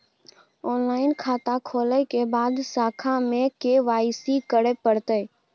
Online खाता खोलै के बाद शाखा में के.वाई.सी करे परतै की?